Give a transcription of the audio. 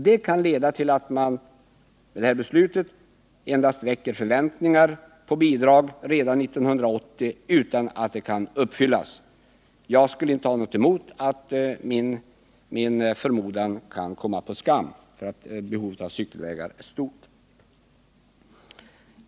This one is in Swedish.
Detta kan leda till att beslutet endast väcker förväntningar på bidrag redan 1980 utan att dessa kan uppfyllas. Jag skulle inte ha något emot att min förmodan kan komma på skam. Behovet av cykelvägar är nämligen stort.